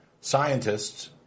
scientists